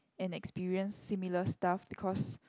and experience similar stuff because